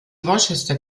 worcester